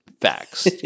Facts